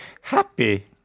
happy